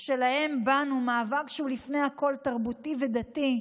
שלהם בנו, מאבק שהוא לפני הכול תרבותי ודתי,